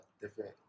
different